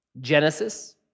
Genesis